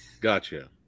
Gotcha